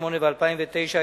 2008 ו-2009),